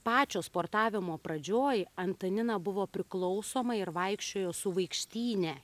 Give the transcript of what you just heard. pačio sportavimo pradžioj antanina buvo priklausoma ir vaikščiojo su vaikštyne